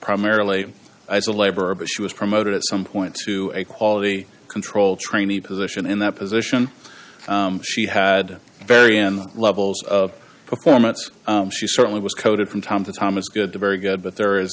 primarily as a laborer but she was promoted at some point to a quality control trainee position in that position she had varying levels of performance she certainly was coded from time to time as good very good but there is